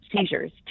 seizures